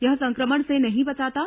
यह संक्रमण से नहीं बचाता है